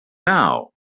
now